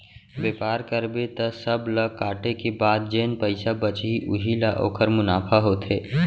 बेपार करबे त सब ल काटे के बाद जेन पइसा बचही उही ह ओखर मुनाफा होथे